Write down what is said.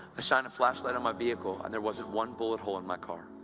ah shone a flashlight on my vehicle, and there wasn't one bullet hole in my car.